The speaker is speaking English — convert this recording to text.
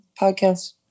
podcast